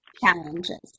challenges